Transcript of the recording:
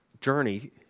journey